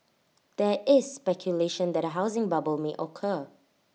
there is speculation that A housing bubble may occur